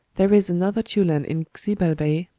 there is another tulan in xibalbay,